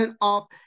off